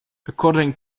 according